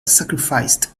sacrificed